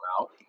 out